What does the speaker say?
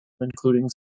including